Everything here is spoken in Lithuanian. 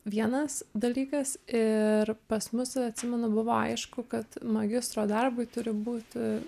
vienas dalykas ir pas mus atsimenu buvo aišku kad magistro darbui turi būti